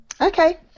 okay